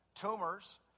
Tumors